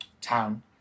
town